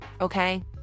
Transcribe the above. okay